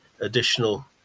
additional